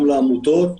גם לעמותות,